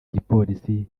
gipolisi